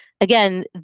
Again